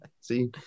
See